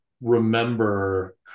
remember